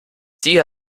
sie